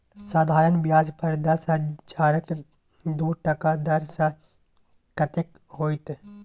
साधारण ब्याज पर दस हजारक दू टका दर सँ कतेक होएत?